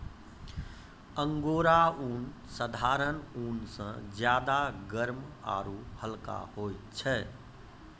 angora ऊन साधारण ऊन स ज्यादा गर्म आरू हल्का होय छै